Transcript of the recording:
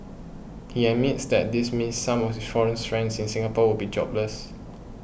he admits that this means some of his foreign friends in Singapore would be jobless